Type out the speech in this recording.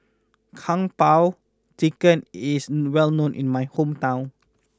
Kung Po Chicken is well known in my hometown